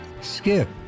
Skip